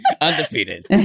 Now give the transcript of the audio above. undefeated